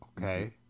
Okay